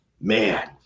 man